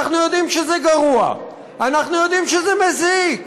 אנחנו יודעים שזה גרוע, אנחנו יודעים שזה מזיק,